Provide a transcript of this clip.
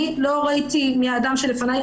אני לא ראיתי מי האדם שלפניי,